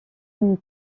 une